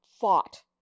fought